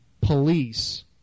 police